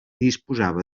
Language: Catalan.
disposava